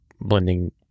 blending